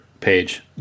page